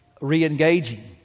re-engaging